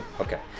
okay.